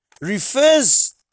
refers